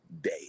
day